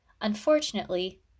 Unfortunately